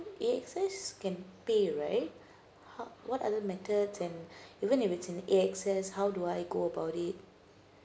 A_X_S can pay right what other method and even if it's in A_X_S how do I go about it